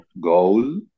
goal